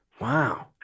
Wow